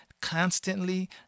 constantly